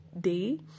day